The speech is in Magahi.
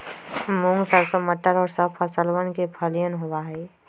मूंग, सरसों, मटर और सब फसलवन के फलियन होबा हई